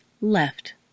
left